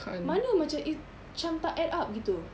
mana macam it's macam tak add up gitu